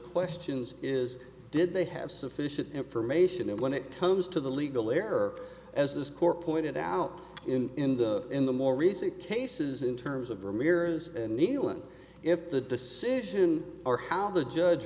questions is did they have sufficient information when it comes to the legal error as this core pointed out in in the in the more recent cases in terms of the mirrors neal and if the decision or how the judge